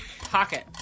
Pocket